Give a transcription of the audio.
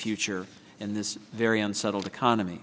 future in this very unsettled economy